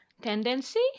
tendency